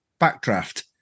Backdraft